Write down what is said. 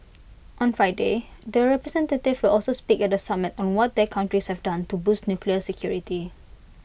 on Friday the representative also speak at the summit on what their countries have done to boost nuclear security